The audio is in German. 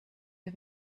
der